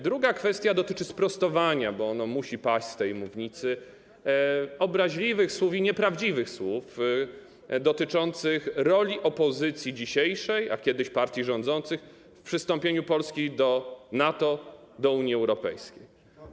Druga kwestia dotyczy sprostowania, bo ono musi paść z tej mównicy, obraźliwych słów i nieprawdziwych słów dotyczących roli dzisiejszej opozycji, a kiedyś partii rządzących w przystąpieniu Polski do NATO, do Unii Europejskiej.